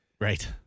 Right